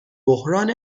بحران